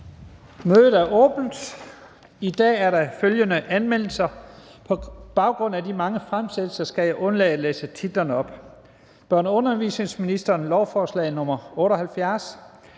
Mødet er åbnet. I dag er der følgende anmeldelser, og på baggrund af de mange fremsættelser skal jeg undlade at læse titlerne op: Børne- og undervisningsministeren (Mattias